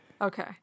Okay